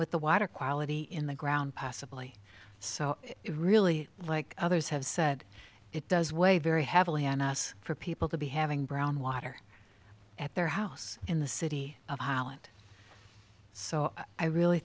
with the water quality in the ground possibly so i really like others have said it does weigh very heavily on us for people to be having brown water at their house in the city of holland so i really